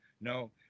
No